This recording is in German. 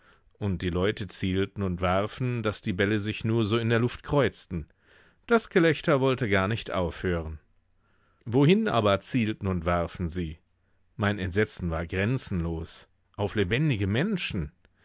und die leute zielten und warfen daß die bälle sich nur so in der luft kreuzten das gelächter wollte gar nicht aufhören wohin aber zielten und warfen sie mein entsetzen war grenzenlos auf lebendige menschen